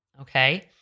Okay